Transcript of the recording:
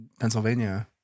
pennsylvania